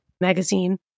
magazine